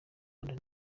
rwanda